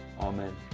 Amen